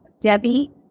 Debbie